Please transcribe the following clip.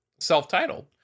self-titled